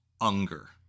Unger